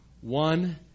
one